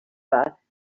there